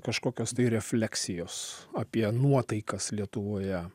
kažkokios refleksijos apie nuotaikas lietuvoje